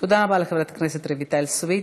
תודה רבה לחברת הכנסת רויטל סויד.